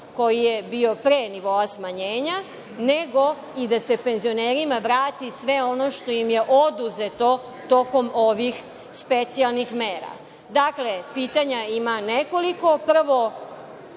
koji je bio pre nivoa smanjenja, nego i da se penzionerima vrati sve ono što im je oduzeto tokom ovih specijalnih mera. Dakle, pitanja ima nekoliko,